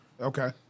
Okay